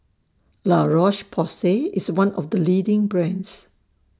La Roche Porsay IS one of The leading brands